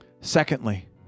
Secondly